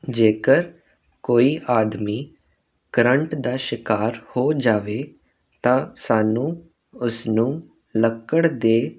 ਜੇਕਰ ਕੋਈ ਆਦਮੀ ਕਰੰਟ ਦਾ ਸ਼ਿਕਾਰ ਹੋ ਜਾਵੇ ਤਾਂ ਸਾਨੂੰ ਉਸਨੂੰ ਲੱਕੜ ਦੇ